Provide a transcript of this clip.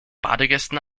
badegästen